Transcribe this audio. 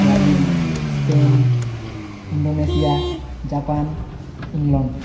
Brazil Spain Indonesia Japan England